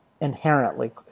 Inherently